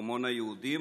ארמון היהודים.